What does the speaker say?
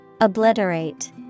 Obliterate